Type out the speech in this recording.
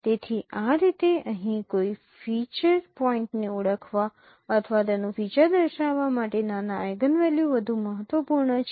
તેથી આ રીતે અહીં કોઈ ફીચર પોઈન્ટને ઓળખવા અથવા તેનું ફીચર દર્શાવવા માટે નાના આઇગનવેલ્યુ વધુ મહત્વપૂર્ણ છે